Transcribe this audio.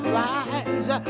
rise